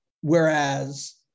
whereas